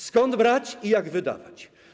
Skąd je brać i jak wydawać?